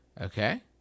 okay